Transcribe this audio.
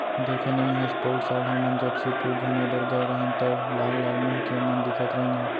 देखे नइ हस पउर साल हमन जब सिरपुर घूमें बर गए रहेन तौ लाल लाल मुंह के मन दिखत रहिन हे